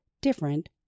different